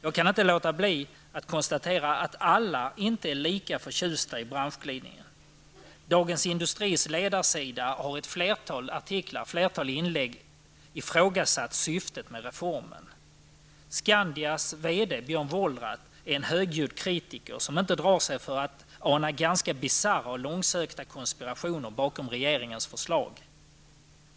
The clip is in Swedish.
Jag kan inte låta bli att konstatera att alla inte är lika förtjusta i branschglidningen. På Dagens Industris ledarsida har man i ett flertal inlägg ifrågasatt syftet med reformen. Skandias vd Björn Wollrat, är en högljudd kritiker, som inte drar sig för att ana ganska bisarra och långsökta konspirationer bakom regeringens förslag.